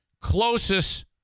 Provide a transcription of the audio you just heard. closest